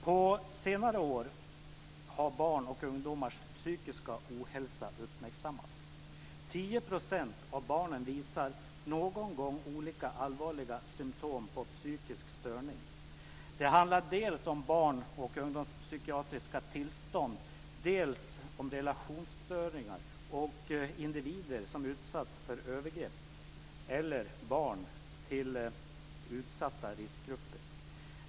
På senare år har barns och ungdomars psykiska ohälsa uppmärksammats. 10 % av barnen visar någon gång olika allvarliga symtom på psykisk störning. Det handlar dels om barn och ungdomspsykiatriska tillstånd, dels om relationsstörningar och individer som utsatts för övergrepp eller barn till utsatta riskgrupper.